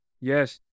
Yes